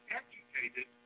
educated